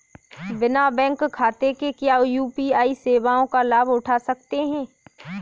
बिना बैंक खाते के क्या यू.पी.आई सेवाओं का लाभ उठा सकते हैं?